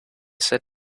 said